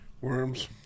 Worms